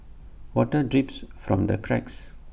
water drips from the cracks